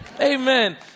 Amen